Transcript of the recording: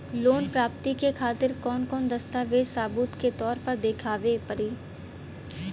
Loan प्राप्ति के खातिर कौन कौन दस्तावेज सबूत के तौर पर देखावे परी?